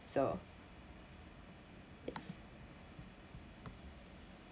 so ya